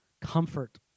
comfort